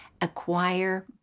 acquire